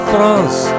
France